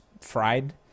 fried